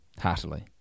heartily